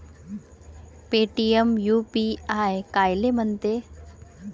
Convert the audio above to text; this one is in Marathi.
पेटीएम यू.पी.आय कायले म्हनते?